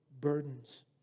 burdens